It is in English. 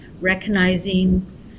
recognizing